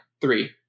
three